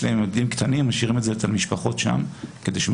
להם ילדים קטנים הם משאירים אותם אצל המשפחות שם כדי שהם